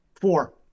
four